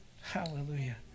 Hallelujah